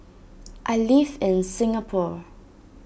I live in Singapore